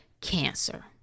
cancer